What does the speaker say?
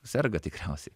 serga tikriausiai